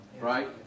right